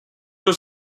was